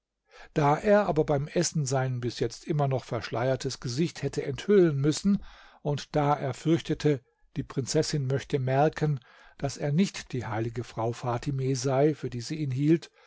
da er aber beim essen sein bis jetzt immer noch verschleiertes gesicht hätte enthüllen müssen und da er fürchtete die prinzessin möchte merken daß er nicht die heilige frau fatime sei für die sie ihn hielt